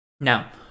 Now